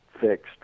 fixed